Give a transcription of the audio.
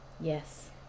yes